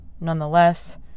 nonetheless